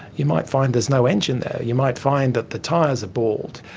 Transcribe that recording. you might find there's no engine there, you might find that the tyres are bald.